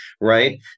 right